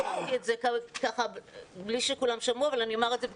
אמרתי בלי שכולם שמעו ואני אומר את זה עכשיו